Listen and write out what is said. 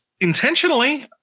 intentionally